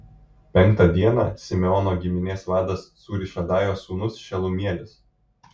penktą dieną simeono giminės vadas cūrišadajo sūnus šelumielis